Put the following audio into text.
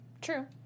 True